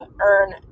earn